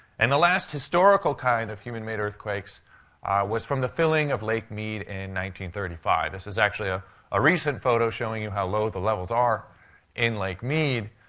and the last historical kind of human-made earthquakes was from the filling of lake mead in thirty five. this is actually a ah recent photo showing you how low the levels are in lake mead.